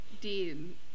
Dean